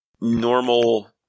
Normal